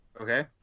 Okay